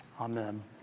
amen